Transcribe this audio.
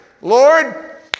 Lord